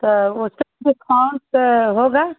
तो उसपर डिस्काउंट होगा